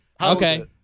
Okay